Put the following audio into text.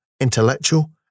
intellectual